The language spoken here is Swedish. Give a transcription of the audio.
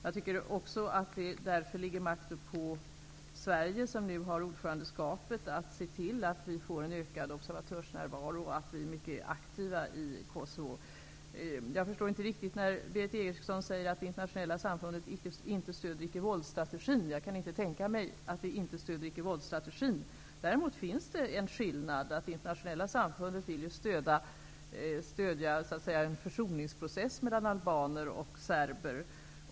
Det åligger därför Sverige, som nu har ordförandeskapet i ESK, att se till att det blir en ökad observatörsnärvaro och att man är mycket aktiv i Kosovo. Berith Eriksson sade att det internationella samfundet inte stöder icke-våldsstrategin. Det förstår jag inte riktigt. Jag kan inte tänka mig att vi inte stöder denna strategi. Däremot finns det en skillnad genom att det internationella samfundet stöder en försoningsprocess mellan albaner och serber.